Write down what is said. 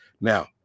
Now